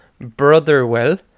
brotherwell